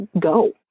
go